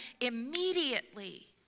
immediately